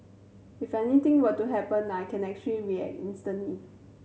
if anything were to happen I can actually react instantly